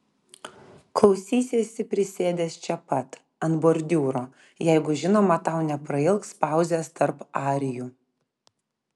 klausysiesi prisėdęs čia pat ant bordiūro jeigu žinoma tau neprailgs pauzės tarp arijų